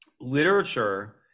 literature